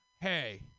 hey